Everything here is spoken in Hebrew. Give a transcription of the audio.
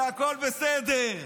והכול בסדר.